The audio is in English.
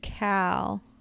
Cal